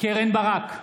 קרן ברק,